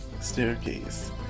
staircase